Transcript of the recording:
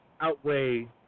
outweigh